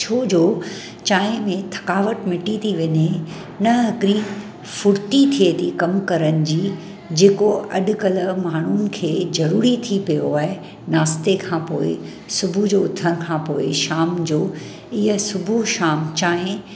छोजो चांहि में थकावट मिटी ति वञे न हिकिरी फुर्ती थिए थी कमु करण जी जेको अॼुकल्ह माण्हुनि खे ज़रूरी थी पियो आहे नाश्ते खां पोइ सुबुह जो उथण खां पोइ शाम जो इहा सुबुह शाम चांहि